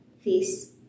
face